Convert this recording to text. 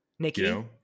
Nikki